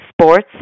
sports